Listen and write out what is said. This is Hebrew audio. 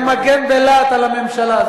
הוא היה מגן בלהט על הממשלה.